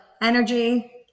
energy